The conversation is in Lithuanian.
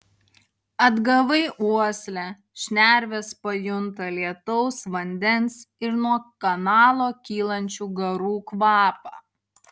atgavai uoslę šnervės pajunta lietaus vandens ir nuo kanalo kylančių garų kvapą